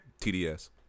TDS